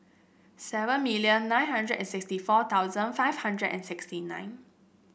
seven million nine hundred and sixty four thousand five hundred and sixty nine